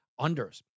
unders